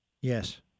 Yes